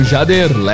Jader